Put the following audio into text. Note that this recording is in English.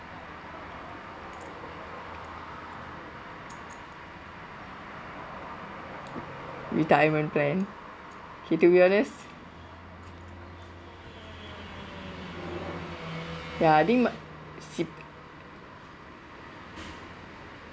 retirement plan okay to be honest ya I think my C